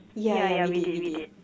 yeah yeah we did we did